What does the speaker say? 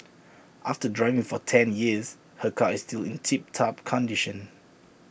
after driving for ten years her car is still in tip top condition